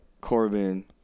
Corbin